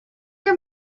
your